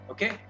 Okay